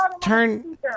Turn